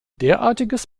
derartiges